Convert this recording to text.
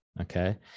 Okay